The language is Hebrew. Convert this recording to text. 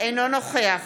אינו נוכח